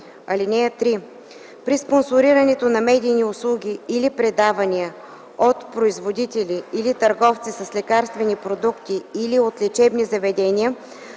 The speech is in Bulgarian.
(3) При спонсорирането на медийни услуги или предавания от производители или търговци с лекарствени продукти или от лечебни заведения